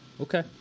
okay